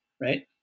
right